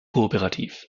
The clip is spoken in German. kooperativ